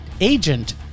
agent